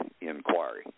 inquiry